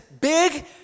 big